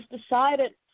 decided